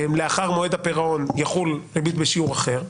שלאחר מועד הפירעון תחול ריבית בשיעור אחר,